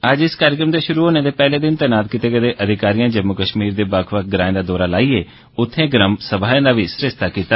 अज्ज इस कार्यक्रम दे शुरू होने दे पैहले दिन तैनात कीते गेदे अधिकारियें जम्मू कश्मीर दे बक्ख बक्ख ग्रांए दा दौरा लाईयै उत्थै ग्राम समाए दा सरिस्ता कीता